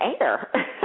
air